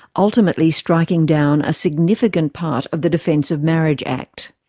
ultimately striking down a significant part of the defence of marriage act.